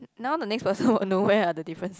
now the next person will know where are the differences